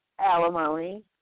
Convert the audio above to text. alimony